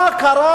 מה קרה,